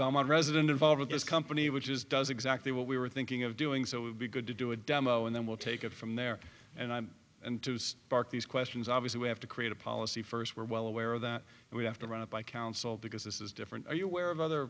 bomb on resident involved in this company which is does exactly what we were thinking of doing so would be good to do a demo and then we'll take it from there and i'm and to start these questions obviously we have to create a policy first we're well aware of that and we have to run it by council because this is different are you aware of other